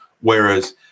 whereas